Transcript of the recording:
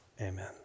Amen